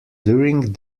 during